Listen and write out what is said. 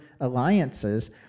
alliances